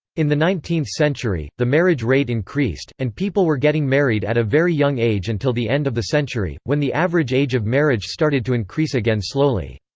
in the nineteenth century, the marriage rate increased, and people were getting married at a very young age until the end of the century, century, when the average age of marriage started to increase again slowly.